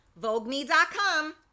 VogueMe.com